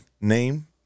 name